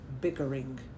bickering